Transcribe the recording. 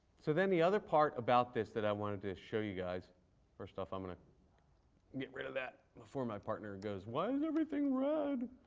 so then the other part about this that i wanted to show you guys first off, i'm going to get rid of that before my partner goes, why is everything red?